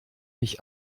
mich